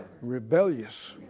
rebellious